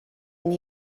and